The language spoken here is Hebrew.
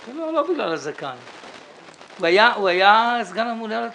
הוא היה סגן הממונה על התקציבים.